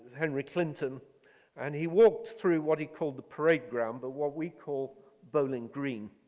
henry clinton and he walked through what he called the parade ground but what we call bowling green.